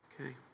Okay